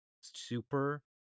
super